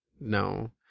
No